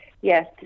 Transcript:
Yes